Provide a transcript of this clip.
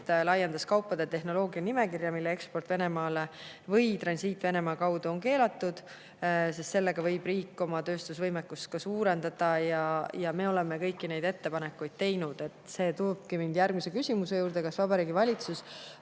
laiendas kaupade ja tehnoloogia nimekirja, mille eksport Venemaale või transiit Venemaa kaudu on keelatud, sest sellega võib see riik oma tööstusvõimekust suurendada. Me oleme kõiki neid ettepanekuid teinud. See toob mind järgmise küsimuse juurde. "Kas Vabariigi Valitsus